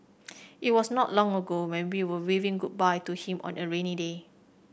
it was not long ago when we were waving goodbye to him on a rainy day